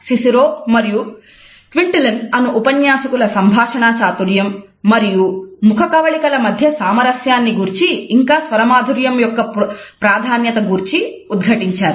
సిసిరో మరియు క్విన్టఇల్లిన్ అను ఉపన్యాసకులు సంభాషణా చాతుర్యం మరియు ముఖకవళికల మధ్య సామరస్యాన్ని గూర్చి ఇంకా స్వర మాధుర్యం యొక్క ప్రాధాన్యత గురించి ఉద్ఘాటించారు